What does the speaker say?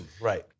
Right